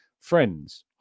friends